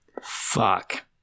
Fuck